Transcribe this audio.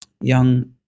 young